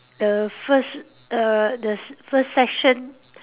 the first err the first session